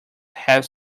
have